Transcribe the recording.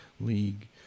league